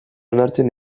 onartzen